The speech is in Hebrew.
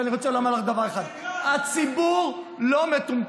אני רוצה לומר לך דבר אחד: הציבור לא מטומטם.